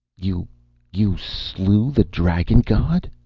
you you slew the dragon-god?